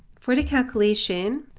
for the calculation,